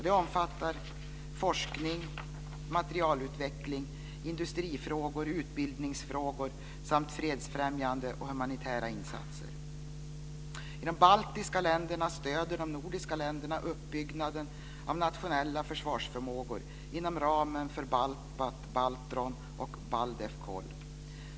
Det omfattar forskning, materialutveckling, industrifrågor, utbildningsfrågor samt fredsfrämjande och humanitära insatser. I de baltiska länderna stöder de nordiska länderna uppbyggnaden av nationella försvarsförmågor inom ramen för BALTBAT, BALTRON och Baldefcol.